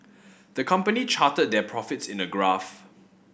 the company charted their profits in a graph